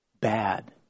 bad